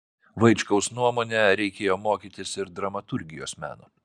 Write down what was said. vaičkaus nuomone reikėjo mokytis ir dramaturgijos meno